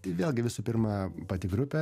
tai vėlgi visų pirma pati grupė